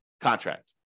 contract